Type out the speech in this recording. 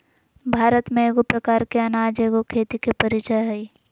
भारत में एगो प्रकार के अनाज एगो खेती के परीचय हइ